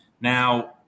now